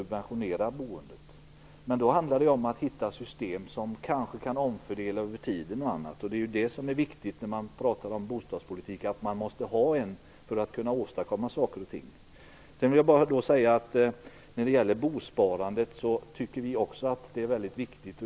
Men då handlar det om att hitta system som gör det möjligt med omfördelningar över tiden och annat. Det viktiga när man pratar om bostadspolitik är att man måste ha en sådan politik för att kunna åstadkomma saker och ting. Också vi tycker att bosparandet är väldigt viktigt.